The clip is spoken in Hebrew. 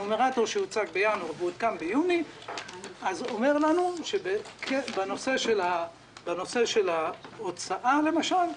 הנומרטור שהוצג בינואר ועודכן ביוני אומר לנו שבנושא של ההוצאה למשל,